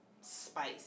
spice